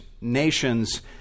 nations